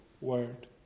word